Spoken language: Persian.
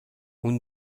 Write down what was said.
اون